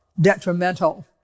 detrimental